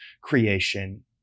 creation